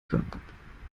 können